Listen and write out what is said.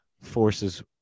Forces